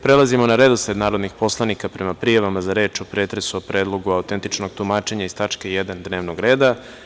Prelazimo na redosled narodnih poslanika, prema prijavama za reč o pretresu o Predlogu za autentično tumačenje iz tačke 1. dnevnog reda.